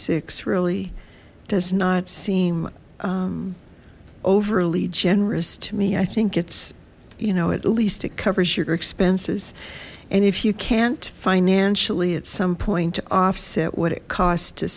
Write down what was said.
six really does not seem overly generous to me i think it's you know at least it covers your expenses and if you can't financially at some point to offset what it costs to